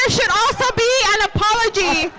ah should also be an apology